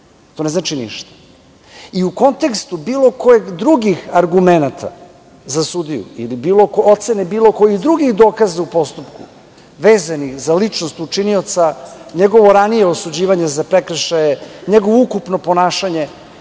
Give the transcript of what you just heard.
To ne znači ništa. U kontekstu bilo kojih drugih argumenata za sudiju, ili ocene bilo kojih drugih dokaza u postupku vezanih za ličnost učinioca, njegovo ranije osuđivanje za prekršaje, njegovo ukupno ponašanje,